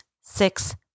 six